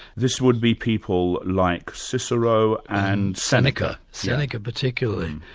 this would be people like cicero and seneca. seneca particularly.